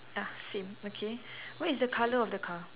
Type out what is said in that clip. ah same okay what is the color of the car